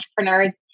entrepreneurs